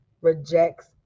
rejects